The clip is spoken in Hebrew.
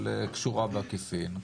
אבל קשורה בעקיפין,